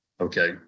okay